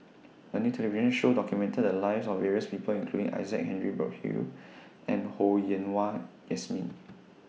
A New television Show documented The Lives of various People including Isaac Henry Burkill and Ho Yen Wah Jesmine